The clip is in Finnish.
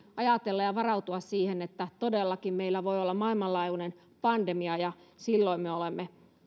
ajatella sitä ja varautua siihen että todellakin meillä voi olla maailmanlaajuinen pandemia ja silloin me olemme